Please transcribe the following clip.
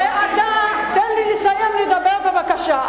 ואתה, תן לי לסיים לדבר בבקשה.